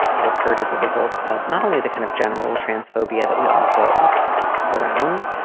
it occurred as a result of not only the kind of general transphobia that we all grow up around,